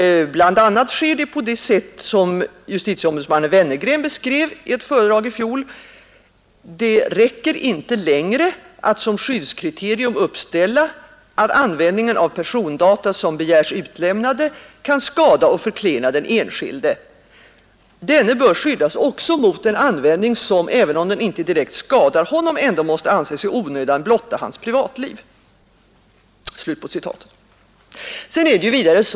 BI. a. sker det pa det sätt som justitiecombudsmannen Wennergren beskrev det i ett föredrag i fjol: ”Det räcker inte längre att som skyddskriteriuin uppställa att användningen av persondata som begärs utlämnade kan skada och förklena den enskilde. Denne bör skyddas också mot en användning som, även om den inte direkt skadar honom, ända måste anses i onödan blotta hans privatliv.” Vidare är det sa.